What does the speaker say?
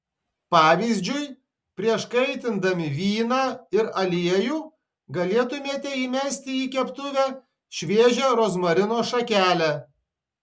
pavyzdžiui prieš kaitindami vyną ir aliejų galėtumėte įmesti į keptuvę šviežią rozmarino šakelę